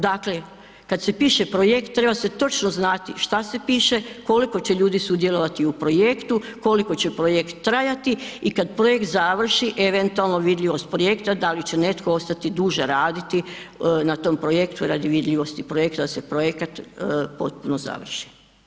Dakle, kad se piše projekt treba se točno znati šta se piše, koliko će ljudi sudjelovati u projektu, koliko će projekt trajati i kad projekt završi eventualno vidljivost projekt da li će netko ostati duže raditi na tom projektu radi vidljivosti projekta, da se projekat potpuno završi.